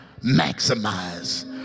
maximize